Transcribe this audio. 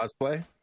cosplay